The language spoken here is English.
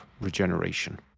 regeneration